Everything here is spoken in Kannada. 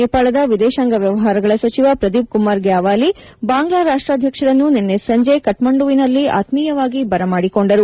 ನೇಪಾಳದ ವಿದೇಶಾಂಗ ವ್ಯವಹಾರಗಳ ಸಚಿವ ಪ್ರದೀಪ್ಕುಮಾರ್ ಗ್ಯಾವಾಲಿ ಬಾಂಗ್ಲಾ ರಾಷ್ಟ್ರಾಧ್ಯಕ್ಷರನ್ನು ನಿನ್ನೆ ಸಂಜೆ ಕಠ್ಮಂಡುವಿನಲ್ಲಿ ಆತ್ಮೀಯವಾಗಿ ಬರಮಾದಿಕೊಂಡರು